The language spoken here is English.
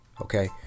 Okay